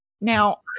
now